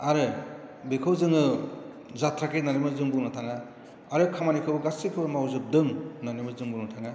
आरो बेखौ जोङो जाथ्राखै होन्नानैबो जों बुंनो थाङा आरो खामानिखौ गासैखौबो मावजोबदों होन्नानैबो जों बुंनो थाङा